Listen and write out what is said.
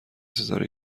ستاره